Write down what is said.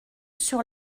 sur